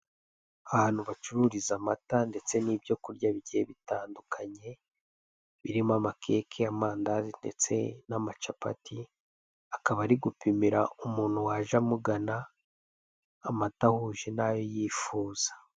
Ahantu bacururiza amata ndetse n'ibyo kurya bigiye bitandukanye birimo, makeke, amandazi ndetse n'amacapati akaba ari gupimira umuntu waje amugana amata ahuje n'ayo yifuza.